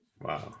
Wow